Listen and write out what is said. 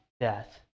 death